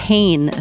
Pain